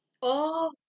orh